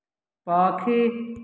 ପକ୍ଷୀ